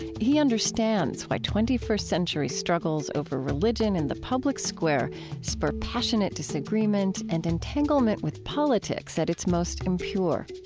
he understands why twenty first century struggles over religion in the public square spur passionate disagreement and entanglement with politics at its most impure